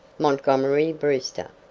montgomery brewster.